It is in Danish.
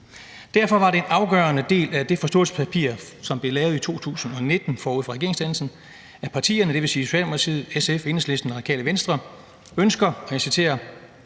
Derfor var det en afgørende del af det forståelsespapir, som blev lavet i 2019 forud for regeringsdannelsen, at partierne, dvs.